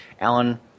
Alan